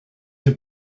have